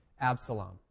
Absalom